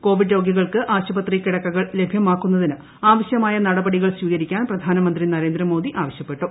Covid രോഗികൾക്ക് ആശുപത്രി കിടക്കുകൾ ലഭ്യമാക്കുന്നതിന് ആവശ്യമായ നടപടികൾ സ്വീകരിക്കാൻ പ്ര്യ്ാനമ്ന്ത്രി നരേന്ദ്രമോദി ആവശ്യപ്പെട്ടു